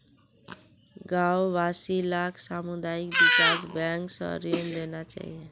गांव वासि लाक सामुदायिक विकास बैंक स ऋण लेना चाहिए